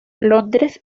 londres